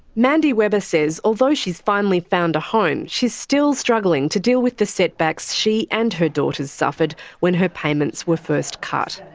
mandy webber says although she's finally found a home, she's still struggling to deal with the set-backs she and her daughters suffered when her payments were first cut.